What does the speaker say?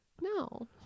No